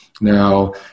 now